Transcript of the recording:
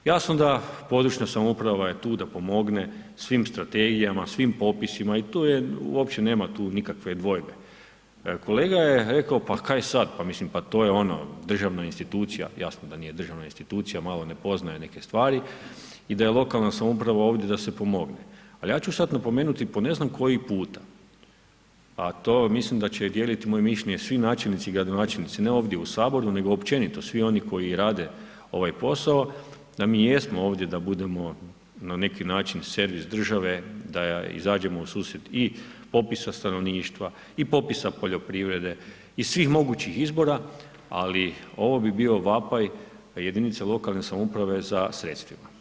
Jasno da područna samouprava je tu da pomogne svim strategijama, svim popisima i tu je uopće nema tu nikakve dvojbe, kolega je rekao pa kaj sad, pa mislim to je ono državna institucija, jasno da nije državna institucija, malo ne poznaje neke stvari i da je lokalna samouprava ovdje da se pomogne ali ja ću sad napomenuti po ne znam koji puta, a to mislim da će dijeliti moje mišljenje svi načelnici i gradonačelnici ne ovdje u Saboru nego općenito svi oni koji rade ovaj posao, da mi jesmo ovdje da budemo na neki način servis države, da izađemo u susret i popisa stanovništva i popisa poljoprivrede i svih mogućih izbora ali ovo bi bio vapaj jedinica lokalne samouprave za sredstvima.